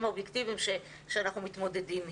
האובייקטיביים שאנחנו מתמודדים איתם.